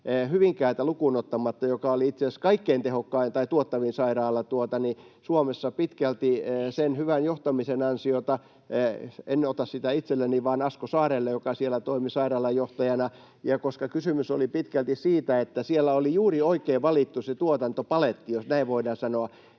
Hyvinkäätä lukuun ottamatta — joka oli itse asiassa kaikkein tehokkain tai tuottavin sairaala Suomessa pitkälti sen hyvän johtamisen ansiosta, en ota sitä itselleni vaan Asko Saarelle, joka siellä toimi sairaalan johtajana, ja kysymys oli pitkälti siitä, että siellä oli juuri oikein valittu se tuotantopaletti, jos näin voidaan sanoa,